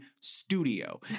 studio